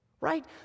right